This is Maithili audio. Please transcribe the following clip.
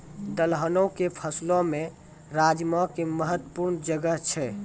दलहनो के फसलो मे राजमा के महत्वपूर्ण जगह छै